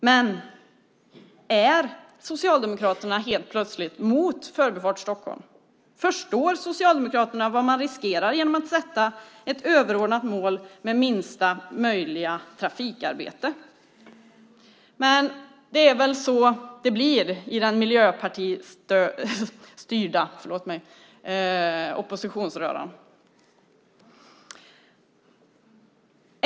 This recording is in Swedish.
Men är Socialdemokraterna helt plötsligt mot Förbifart Stockholm? Förstår Socialdemokraterna vad man riskerar genom att sätta upp ett överordnat mål med minsta möjliga trafikarbete? Men det är väl så det blir i den miljöpartistyrda oppositionsröran.